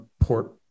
port